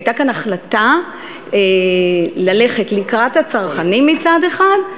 הייתה כאן החלטה ללכת לקראת הצרכנים מצד אחד,